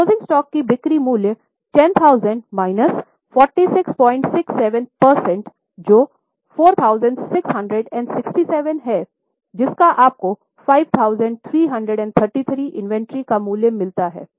closing stock की बिक्री मूल्य 10000 माइनस 4667 प्रतिशत जो 4667 है जिसका आपको 5333 इन्वेंट्री का मूल्य मिलता है